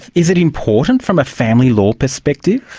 is it important from a family law perspective?